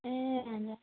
ए हजुर